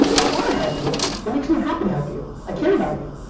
i wanna help you. it makes me happy to help you. i care about you.